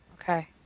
Okay